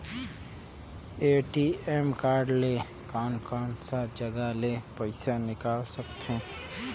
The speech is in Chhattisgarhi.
ए.टी.एम कारड ले कोन कोन सा जगह ले पइसा निकाल सकथे?